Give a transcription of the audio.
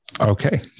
Okay